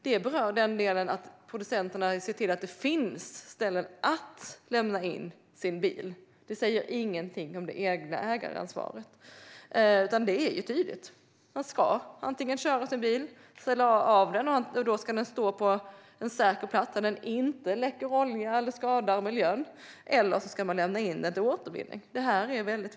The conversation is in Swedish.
Det berör nämligen att producenterna ska se till att det finns ställen att lämna in sin bil. Men det säger ingenting om det egna ägaransvaret. Det är tydligt att man antingen ska ställa av bilen på en säker plats där den inte läcker olja eller skadar miljön eller ska lämna in bilen till återvinning. Det är tydligt.